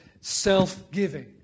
self-giving